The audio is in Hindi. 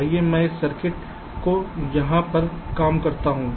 आइए मैं इस सर्किट को यहां पर काम करता हूं